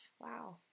Wow